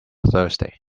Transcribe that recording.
thursday